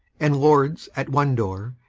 and lords at one door,